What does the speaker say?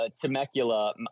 Temecula